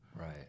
right